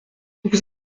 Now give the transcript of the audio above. vous